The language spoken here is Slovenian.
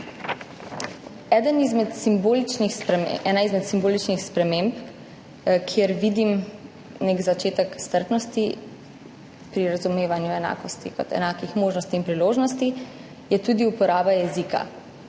Ena izmed simboličnih sprememb, kjer vidim nek začetek strpnosti pri razumevanju enakosti kot enakih možnosti in priložnosti, je tudi uporaba jezika.